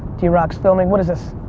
drock's filming. what is this?